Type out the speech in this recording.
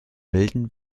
milden